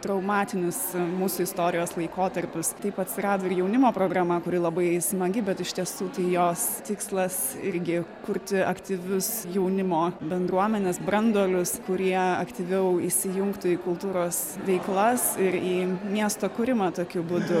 traumatinius mūsų istorijos laikotarpius taip atsirado ir jaunimo programa kuri labai smagi bet iš tiesų tai jos tikslas irgi kurti aktyvius jaunimo bendruomenės branduolius kurie aktyviau įsijungtų į kultūros veiklas ir į miesto kūrimą tokiu būdu